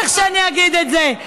שמענו מה את עשית, איזה חלוקה את עשית.